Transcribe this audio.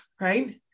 right